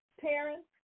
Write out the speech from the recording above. parents